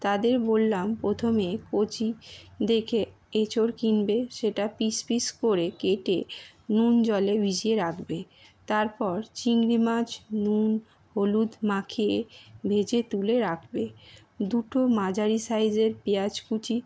তাদের বললাম প্রথমে কচি দেখে এঁচোড় কিনবে সেটা পিস পিস করে কেটে নুন জলে ভিজিয়ে রাখবে তারপর চিংড়ি মাছ নুন হলুদ মাখিয়ে ভেজে তুলে রাখবে দুটো মাঝারি সাইজের পেঁয়াজ কুচি